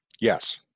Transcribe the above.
Yes